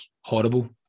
horrible